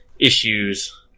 issues